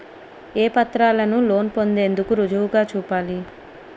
ఏ పత్రాలను లోన్ పొందేందుకు రుజువుగా చూపాలి?